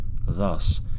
Thus